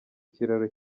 kiraro